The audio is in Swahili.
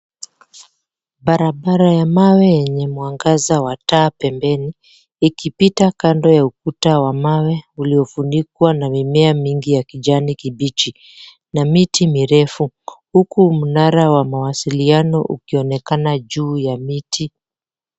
Barabara ya mawe yenye mwangaza wa taa pembeni ikipita kando ya ukuta wa mawe uliofunikwa na mimea mingi ya kijani kibichi na miti mirefu huku mnara wa mawasiliano ukionekana juu ya miti.